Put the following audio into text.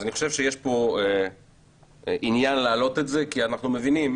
אני חושב שיש פה עניין להעלות את זה כי אנחנו מבינים